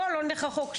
בוא לא נלך רחוק.